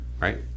right